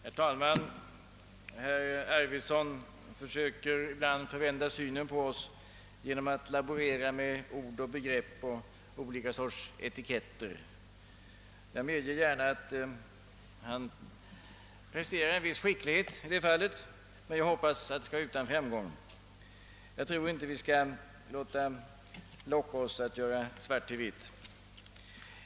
Herr talman! Herr Arvidson försöker ibland förvända synen på oss genom att laborera med ord och begrepp och olika sorts etiketter. Jag medger gärna att han presterar en viss skicklighet i detta avseende, men jag hoppas att han skall vara utan framgång. Jag tror inte vi skall låta locka oss att göra svart till vitt.